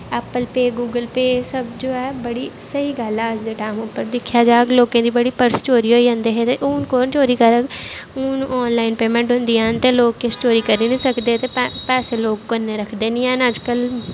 Apple pay Google pay सब जो ऐ बड़ी स्हेई गल्ल ऐ अज्ज दे टैम उप्पर दिक्खेआ जाह्ग लोकें दे बड़े पर्स चोरी होई जंदे हे ते हून कु'न चोरी करग हून आनलाइन पेमैंट होंदियां ते लोक किश चोरी करी निं सकदे ते पै पैसे लोग कन्नै रखदे निं हैन अज्जकल